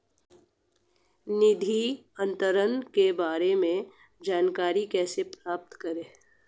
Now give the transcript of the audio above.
निधि अंतरण के बारे में जानकारी कैसे प्राप्त करें?